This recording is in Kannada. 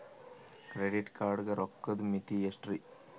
ಕ್ರೆಡಿಟ್ ಕಾರ್ಡ್ ಗ ರೋಕ್ಕದ್ ಮಿತಿ ಎಷ್ಟ್ರಿ?